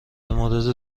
مورد